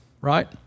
right